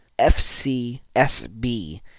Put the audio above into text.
FCSB